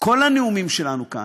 כל הנאומים שלנו כאן,